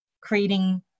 creating